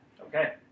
Okay